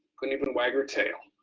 couldn't even wag her tail.